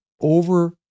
over